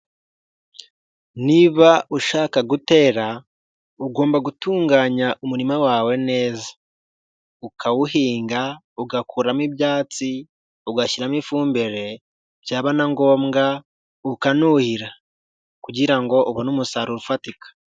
Niba ushaka gutera, ugomba gutunganya umurima wawe neza, ukawuhinga, ugakuramo ibyatsi, ugashyiramo ifumbire, byaba na ngombwa ukanuhira kugira ngo ubone umusaruro ufatika.